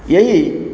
ଏଇ